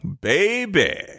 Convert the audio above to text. baby